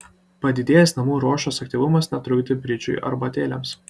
padidėjęs namų ruošos aktyvumas netrukdė bridžui arbatėlėms